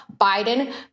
Biden